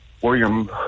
William